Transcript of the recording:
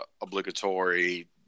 obligatory